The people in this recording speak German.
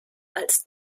als